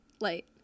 Light